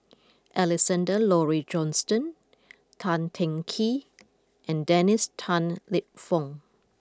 Alexander Laurie Johnston Tan Teng Kee and Dennis Tan Lip Fong